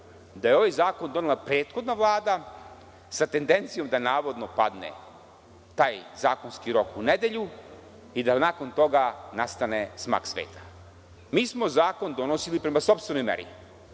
da je ovaj zakon donela prethodna Vlada sa tendencijom da navodno padne taj zakonski rok u nedelju i da nakon toga nastane smak sveta. Mi smo zakon donosili prema sopstvenoj meri,